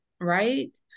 right